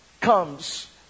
comes